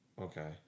Okay